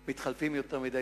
שרים מתחלפים יותר מדי,